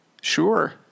Sure